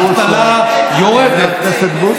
האבטלה יורדת,